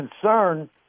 concern